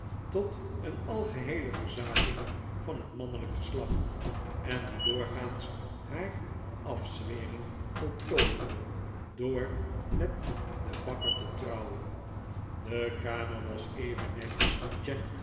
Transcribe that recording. tot een algeheele verzaking van het mannelijk geslacht en die doorgaans haar afzwering voltooiden door met den bakker te trouwen de kamer was even netjes als